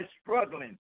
struggling